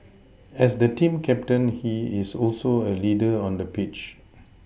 as the team captain he is also a leader on the pitch